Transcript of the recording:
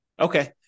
Okay